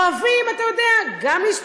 אוהבים גם להסתובב,